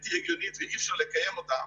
בלתי הגיונית ואי אפשר לקיים אותה,